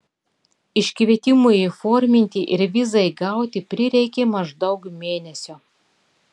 iškvietimui įforminti ir vizai gauti prireikė maždaug mėnesio